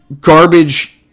garbage